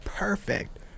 Perfect